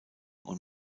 und